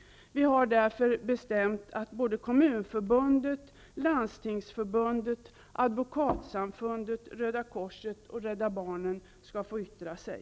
Vi har därför bestämt att Advokatsamfundet, Röda korset och Rädda barnen skall få yttra sig.